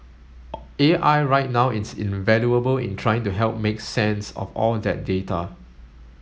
A I right now is invaluable in trying to help make sense of all that data